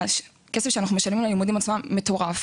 הכסף שאנחנו משלמים על הלימודים עצמם מטורף.